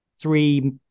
three